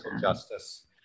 justice